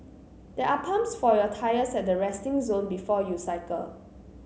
there are pumps for your tyres at the resting zone before you cycle